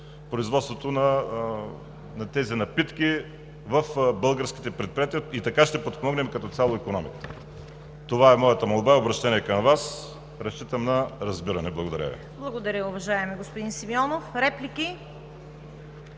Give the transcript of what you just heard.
производството на тези напитки в българските предприятия и така ще подпомогнем като цяло икономиката. Това е моята молба и обръщение към Вас, разчитам на разбиране. Благодаря Ви. ПРЕДСЕДАТЕЛ ЦВЕТА КАРАЯНЧЕВА: Благодаря, уважаеми господин Симеонов. Реплики?